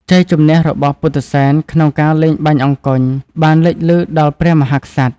ជ័យជំនះរបស់ពុទ្ធិសែនក្នុងការលេងបាញ់អង្គុញបានលេចលឺដល់ព្រះមហាក្សត្រ។